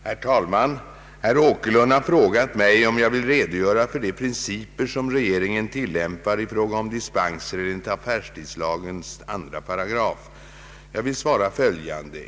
Herr talman! Herr Åkerlund har frågat mig om jag vill redogöra för de principer som regeringen tillämpar i fråga om dispenser enligt affärstidslagens 2 8. Jag vill svara följande.